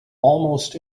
almost